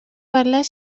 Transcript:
parlar